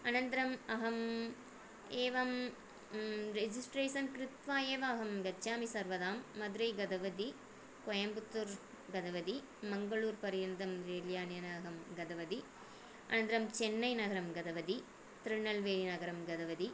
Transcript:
अनन्तरम् अहम् एवं रिजिस्ट्रेसन् कृत्वा एव अहं गच्छामि सर्वदां मदुरै गतवती कोयम्बुत्तूर् गतवती मङ्गळूरपर्यन्तं रेल्यानेन अहं गतवती अनन्तरं चेन्नैनगरं गतवती तृणल्वेलनगरं गतवती त्रिण्णल्वेय्रनगरं गतवती